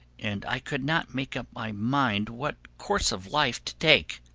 and i could not make up my mind what course of life to take.